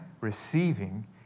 receiving